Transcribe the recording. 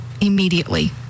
immediately